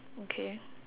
okay